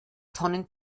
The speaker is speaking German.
tonnen